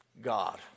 God